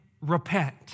Repent